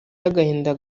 y’agahinda